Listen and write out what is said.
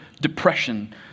depression